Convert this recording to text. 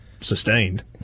sustained